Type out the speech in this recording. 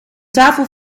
tafel